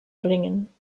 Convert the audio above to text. bringen